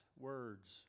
words